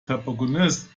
tobacconists